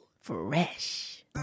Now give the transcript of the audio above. Fresh